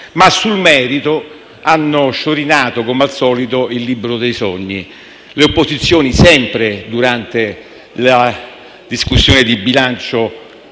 Ma sul merito hanno sciorinato, come al solito, il libro dei sogni. Le opposizioni, durante la discussione della